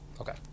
Okay